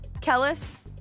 Kellis